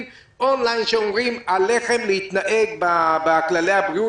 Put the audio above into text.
און-ליין שאומרים: עליכם להתנהג לפי כללי הבריאות.